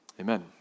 Amen